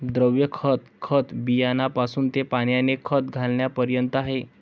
द्रव खत, खत बियाण्यापासून ते पाण्याने खत घालण्यापर्यंत आहे